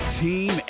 team